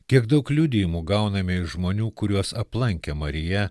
kiek daug liudijimų gauname iš žmonių kuriuos aplankė marija